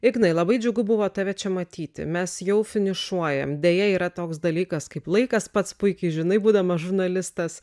ignai labai džiugu buvo tave čia matyti mes jau finišuojam deja yra toks dalykas kaip laikas pats puikiai žinai būdamas žurnalistas